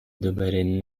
دوباره